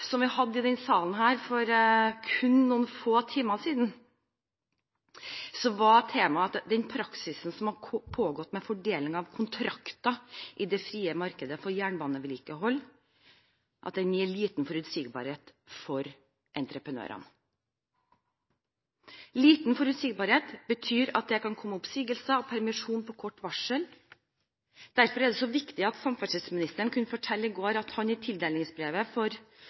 som vi hadde i denne salen for kun noen få timer siden, var temaet den praksisen som har pågått med fordeling av kontrakter i det frie markedet for jernbanevedlikehold, og at den gir liten forutsigbarhet for entreprenørene. Liten forutsigbarhet betyr at det kan komme oppsigelser og permisjonsvarsel. Derfor var det så viktig at samferdselsministeren kunne fortelle i går at han i tildelingsbrevet